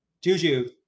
Juju